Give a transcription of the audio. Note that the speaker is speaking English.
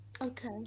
Okay